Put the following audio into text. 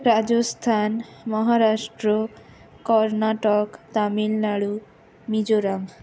Rajasthan Maharashtra Karnataka Tamil Nadu Mizoram